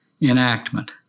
enactment